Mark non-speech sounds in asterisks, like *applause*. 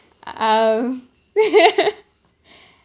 um *laughs*